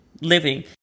living